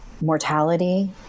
mortality